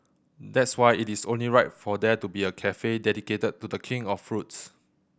that's why it is only right for there to be a cafe dedicated to The King of fruits